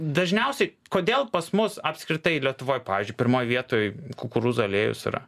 dažniausiai kodėl pas mus apskritai lietuvoj pavyzdžiui pirmoj vietoj kukurūzų aliejus yra